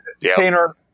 Painter